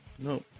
No